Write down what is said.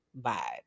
vibe